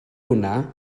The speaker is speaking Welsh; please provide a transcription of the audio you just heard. hwnna